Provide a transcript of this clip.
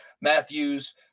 Matthews